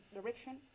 direction